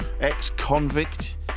ex-convict